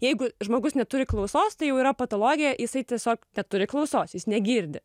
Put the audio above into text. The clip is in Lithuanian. jeigu žmogus neturi klausos tai jau yra patologija jisai tiesiog neturi klausos jis negirdi